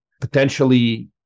potentially